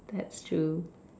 that's true